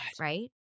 right